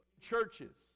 Churches